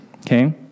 okay